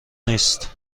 نیست